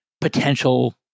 potential